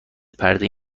پرده